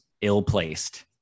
ill-placed